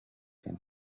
can